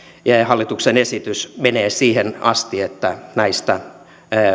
ja hallituksen esitys menevät siihen asti että näistä